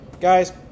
Guys